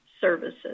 services